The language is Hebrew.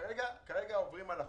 כרגע עוברים על החוק.